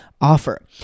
offer